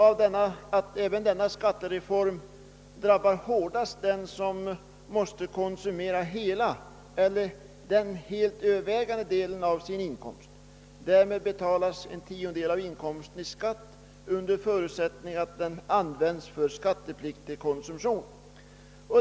Även denna skattereform drabbar hårdast den som måste konsumera hela eller övervägande delen av sin inkomst; därmed betalas en tiondel av inkomsten i skatt under förutsättning att den används för skattepliktig konsumtion.